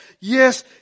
yes